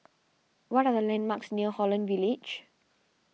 what are the landmarks near Holland Village